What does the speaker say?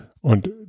Und